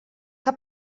que